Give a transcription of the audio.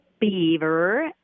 Beaver